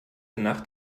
nacht